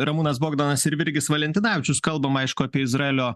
ramūnas bogdanas ir virgis valentinavičius kalbam aišku apie izraelio